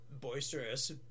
boisterous